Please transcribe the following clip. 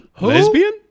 Lesbian